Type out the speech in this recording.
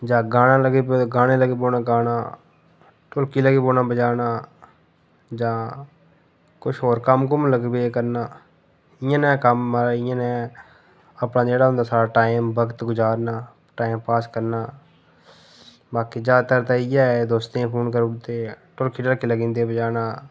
जां गाना लगी पौदा गाने लगी पौंदा गाना ढोलकी लगी पौना बजाना जां कुछ होर कम्म कुम्म लगी पेआ करना इ'यै नेहा कम्म महाराज इयां नै अपना जेह्ड़ा हुंदा स्हाड़ा टाइम अपना वक्त गुजारना टैम पास करना बाकी ज्यादातर ते इ'यै ऐ दोस्तें गी फोन करी ओड़दे ढोलकी ढालकी लगी जंदे बजाना